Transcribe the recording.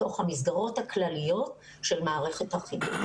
בתוך המסגרות הכלליות של מערכת החינוך.